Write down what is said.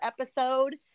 episode